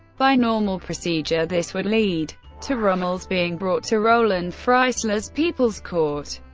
by normal procedure, this would lead to rommel's being brought to roland freisler's people's court,